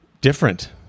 different